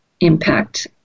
impact